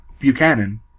Buchanan